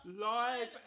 live